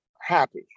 happy